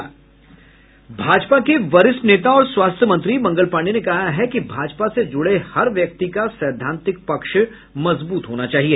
भाजपा के वरिष्ठ नेता और स्वास्थ्य मंत्री मंगल पांडेय ने कहा है कि भाजपा से जुड़े हर व्यक्ति का सैद्धांतिक पक्ष मजबूत होना चाहिए